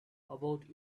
about